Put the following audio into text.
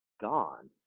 gone